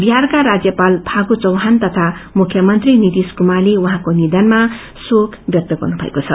बिहारका राज्यपाल जगन्नाथ चौहान तथा मुख्यमंत्री नितीश कुमारले उहाँको निधनमा गहिरो शोक व्यक्त गर्नुभएको छ